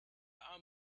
are